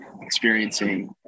experiencing